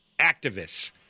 activists